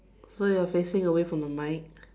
so you're facing away from the mic